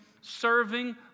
serving